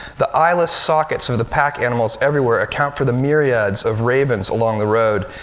the eyeless sockets of the pack animals everywhere account for the myriads of ravens along the road.